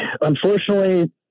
unfortunately